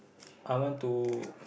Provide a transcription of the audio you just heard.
I want to